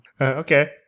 Okay